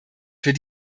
für